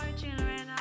children